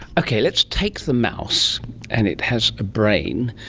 okay, let's take the mouse and it has a brain,